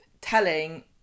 telling